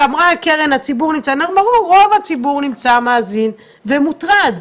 רוב הציבור מאזין ומוטרד.